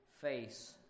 face